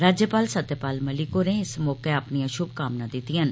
राज्यपाल सत्यपाल मलिक होरें इस मौके अपनियां शभकामनां दित्तियां न